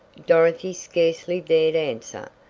dorothy scarcely dared answer.